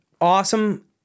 awesome